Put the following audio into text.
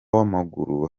w’amaguru